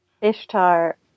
Ishtar